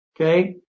Okay